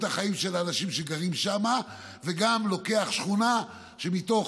החיים של האנשים שגרים שם וגם לוקח שכונה שמתוך,